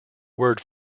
word